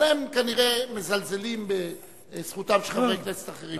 אבל הם כנראה מזלזלים בזכותם של חברי כנסת אחרים.